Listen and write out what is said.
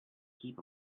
heap